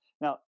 Now